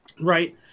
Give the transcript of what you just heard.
Right